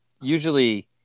usually